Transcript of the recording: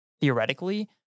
theoretically